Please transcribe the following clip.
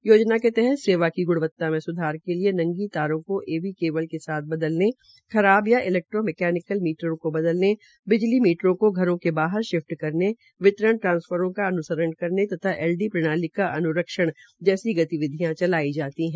इसके तहत सेवा की ग्णवता में स्धार के लिए नंगी तारों को एबी केबल के साथ बदलने खराब या इलैक्ट्रो मैकेनिकल मीटरों को बदलने बिजली मीटरों को घरों से बाहर शिफ्ट करने वितरण ट्रांसफार्मरों का अन्रक्षण करने तथा एलडी प्रणाली का अन्रक्षण जैसी गतिविधियां चलाई जाती हैं